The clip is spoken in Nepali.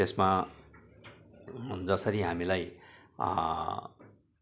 त्यसमा जसरी हामीलाई